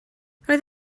roedd